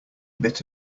bit